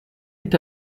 est